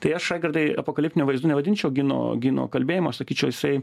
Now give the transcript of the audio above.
tai aš raigardai apokaliptiniu vaizdu nevadinčiau gino gino kalbėjimo aš sakyčiau jisai